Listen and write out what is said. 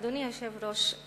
אדוני היושב-ראש,